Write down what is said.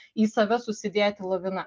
į save susidėti lavina